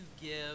give